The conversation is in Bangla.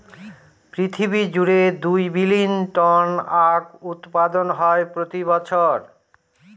পৃথিবী জুড়ে দুই বিলীন টন আখ উৎপাদন হয় প্রতি বছর